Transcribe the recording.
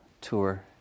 tour